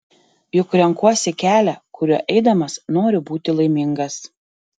juk renkuosi kelią kuriuo eidamas noriu būti laimingas